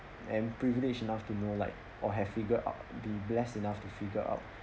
and privileged enough to know like or have figure out the blessed enough to figure out